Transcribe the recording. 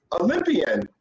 Olympian